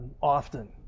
often